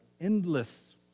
endless